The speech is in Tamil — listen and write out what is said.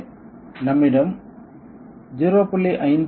எனவே நம்மிடம் 0